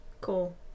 Cool